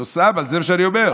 הנושא, אבל זה מה שאני אומר.